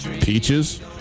Peaches